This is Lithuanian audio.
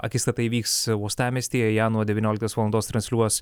akistata įvyks uostamiestyje ją nuo devynioliktos valandos transliuos